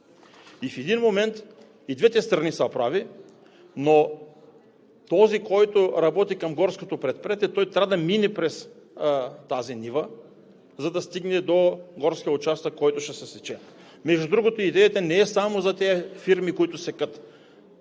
В един момент и двете страни са прави, но този, който работи към горското предприятие, той трябва да мине през тази нива, за да стигне до горския участък, който ще се сече. Между другото, идеята не е само за тези фирми, които секат.